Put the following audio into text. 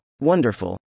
Wonderful